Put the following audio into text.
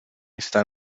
esta